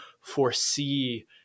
foresee